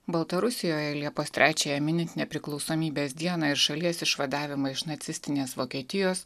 baltarusijoje liepos trečiąją minint nepriklausomybės dieną ir šalies išvadavimą iš nacistinės vokietijos